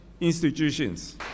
institutions